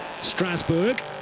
Strasbourg